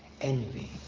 envy